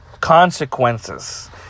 consequences